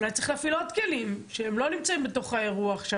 אולי צריך להפעיל עוד כלים שהם לא נמצאים בתוך האירוע עכשיו,